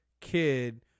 kid